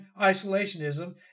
isolationism